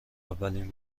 اولین